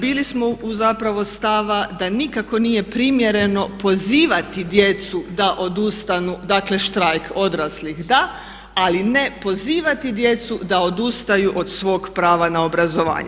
Bili smo zapravo stava da nikako nije primjerno pozivati djecu da odustanu, dakle štrajk odraslih da, ali ne pozivati djecu da odustaju od svog prava na obrazovanje.